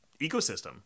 ecosystem